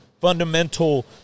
fundamental